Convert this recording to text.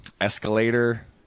escalator